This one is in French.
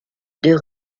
deux